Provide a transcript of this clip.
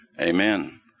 Amen